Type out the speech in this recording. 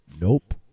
Nope